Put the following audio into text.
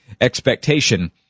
expectation